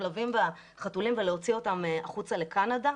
הכלבים והחתולים ולהוציא אותם החוצה לקנדה,